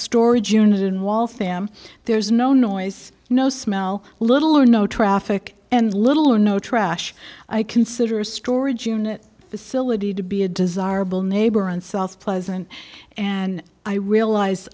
storage unit in waltham there's no noise no smell little or no traffic and little or no trash i consider a storage unit facility to be a desirable neighbor in south pleasant and i realize